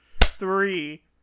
Three